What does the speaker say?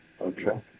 Okay